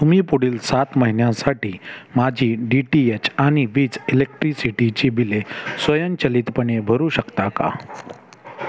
तुम्ही पुढील सात महिन्यांसाठी माझी डी टी एच आणि वीज इलेक्ट्रिसिटीची बिले स्वयंचलितपणे भरू शकता का